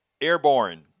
Airborne